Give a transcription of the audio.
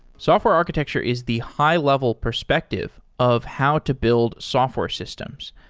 software architecture is the high-level perspective of how to build software systems.